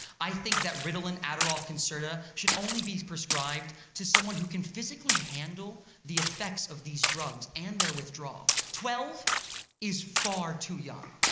i think that ritalin, adderall, concerta should only be prescribed to someone who can physically handle the effects of these drugs and their withdrawal. twelve is far too young.